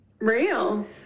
Real